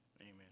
amen